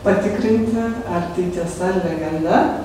patikrinti ar tai tiesa ar legenda